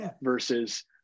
versus